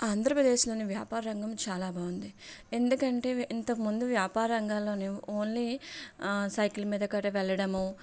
ఆంధ్రప్రదేశ్లోని వ్యాపార రంగం చాలా బాగుంది ఎందుకంటే ఇంతకుముందు వ్యాపార రంగాల్లోని ఓన్లీ సైకిల్ మీద గట్రా వెళ్ళడము